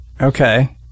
Okay